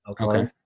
Okay